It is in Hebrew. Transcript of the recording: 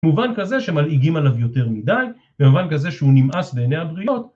במובן כזה שמלהיגים עליו יותר מדי, ובמובן כזה שהוא נמאס בעיני הבריות...